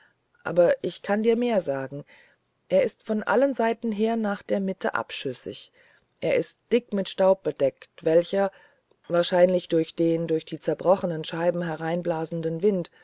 aber ich kann dir mehr sagen er ist von allen seiten her nach der mitte abschüssig er ist dick mit staub bedeckt welcher wahrscheinlich durch den durch die zerbrochenen scheiben hereinblasenden wind